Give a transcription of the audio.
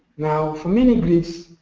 now, for mini grids,